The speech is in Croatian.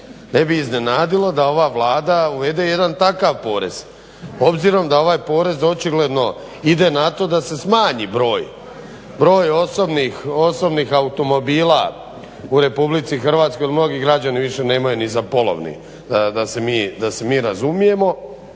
ne bi iznenadilo da ova Vlada uvede jedan takav porez obzirom da ovaj porez očigledno ide na to da se smanji broj osobnih automobila u Republici Hrvatskoj jer mnogi građani